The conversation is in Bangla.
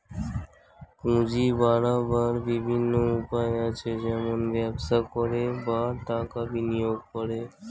পুঁজি বাড়াবার বিভিন্ন উপায় আছে, যেমন ব্যবসা করে, বা টাকা বিনিয়োগ করে